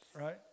right